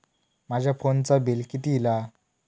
माझ्या फोनचा बिल किती इला?